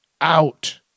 out